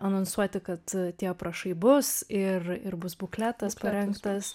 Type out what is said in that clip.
anonsuoti kad tie aprašai bus ir ir bus bukletas parengtas